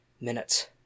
minutes